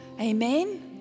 Amen